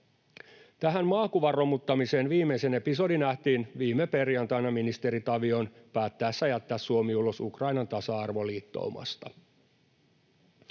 Tähän maakuvan romuttamiseen viimeisin episodi nähtiin viime perjantaina ministeri Tavion päättäessä jättää Suomi ulos Ukrainan tasa-arvoliittoumasta.